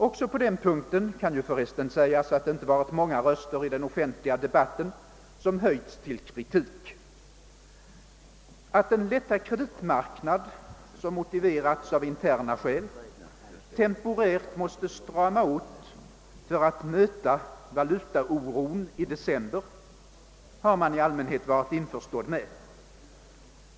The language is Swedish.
Också på den punkten kan det ju för resten sägas att det inte varit många röster i den offentliga debatten, som höjts till kritik. Att den lätta kreditmarknad, som <:motiveras av interna förhållanden, temporärt måste stramas åt för att möta valutaoron i december har man i allmänhet varit införstådd med.